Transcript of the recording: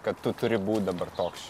kad tu turi būt dabar toks